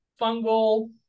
fungal